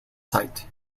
site